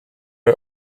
are